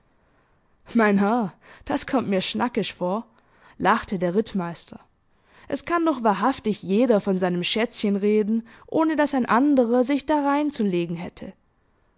mein herr das kommt mir schnackisch vor lachte der rittmeister es kann doch wahrhaftig jeder von seinem schätzchen reden ohne daß ein anderer sich dareinzulegen hätte